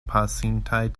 pasintaj